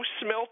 smell